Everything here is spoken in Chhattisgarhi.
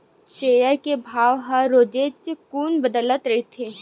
सेयर के भाव ह रोजेच कुन बदलत रहिथे